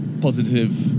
positive